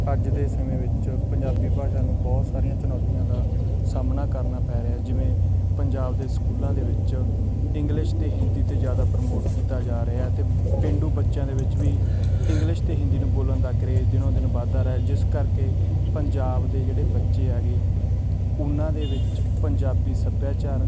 ਅੱਜ ਦੇ ਸਮੇਂ ਵਿੱਚ ਪੰਜਾਬੀ ਭਾਸ਼ਾ ਨੂੰ ਬਹੁਤ ਸਾਰੀਆਂ ਚੁਣੌਤੀਆਂ ਦਾ ਸਾਹਮਣਾ ਕਰਨਾ ਪੈ ਰਿਹਾ ਜਿਵੇਂ ਪੰਜਾਬ ਦੇ ਸਕੂਲਾਂ ਦੇ ਵਿੱਚ ਇੰਗਲਿਸ਼ ਅਤੇ ਹਿੰਦੀ 'ਤੇ ਜ਼ਿਆਦਾ ਪ੍ਰਮੋਟ ਕੀਤਾ ਜਾ ਰਿਹਾ ਅਤੇ ਪੇਂਡੂ ਬੱਚਿਆਂ ਦੇ ਵਿੱਚ ਵੀ ਇੰਗਲਿਸ਼ ਅਤੇ ਹਿੰਦੀ ਨੂੰ ਬੋਲਣ ਦਾ ਕਰੇਜ਼ ਦਿਨੋਂ ਦਿਨ ਵੱਧਦਾ ਰਿਹਾ ਜਿਸ ਕਰਕੇ ਪੰਜਾਬ ਦੇ ਜਿਹੜੇ ਬੱਚੇ ਹੈਗੇ ਉਹਨਾਂ ਦੇ ਵਿੱਚ ਪੰਜਾਬੀ ਸੱਭਿਆਚਾਰ